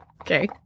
Okay